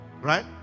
right